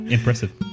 Impressive